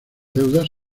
deudas